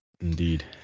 Indeed